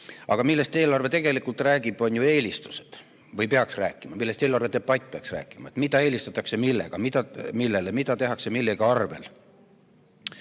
Aga millest eelarve tegelikult räägib, on ju eelistused, või peaks rääkima. Millest eelarvedebatt peaks rääkima: mida eelistatakse millele, mida tehakse millegi arvel,